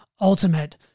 ultimate